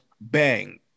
bang